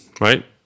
right